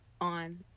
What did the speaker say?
on